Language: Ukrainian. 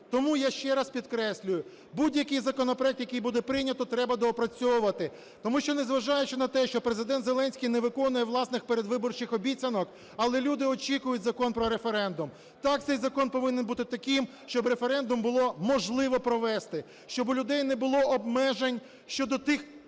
Тому я ще раз підкреслюю, будь-який законопроект, який буде прийнято, треба доопрацьовувати. Тому що, незважаючи на те, що Президент Зеленський не виконує власних передвиборчих обіцянок, але люди очікують Закон про референдум. Так, цей закон повинен бути таким, щоб референдум було можливо провести, щоб у людей не було обмежень щодо